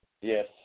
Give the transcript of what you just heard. Yes